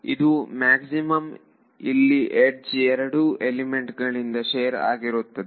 ಇದು ಮ್ಯಾಕ್ಸಿಮಮ್ ಇಲ್ಲಿ ಯಡ್ಜ್ ಎರಡು ಎಲಿಮೆಂಟ್ ಗಳಿಂದ ಶೇರ್ ಆಗುತ್ತದೆ